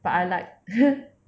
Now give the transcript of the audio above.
but I like